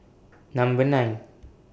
Number nine